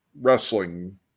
wrestling